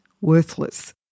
worthless